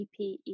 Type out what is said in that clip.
PPE